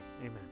Amen